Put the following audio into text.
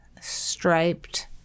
striped